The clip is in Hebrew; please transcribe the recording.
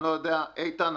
איתן,